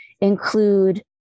include